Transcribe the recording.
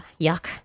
yuck